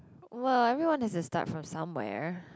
!wah! everyone has to start from somewhere